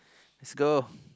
let's go